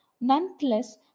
Nonetheless